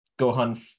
Gohan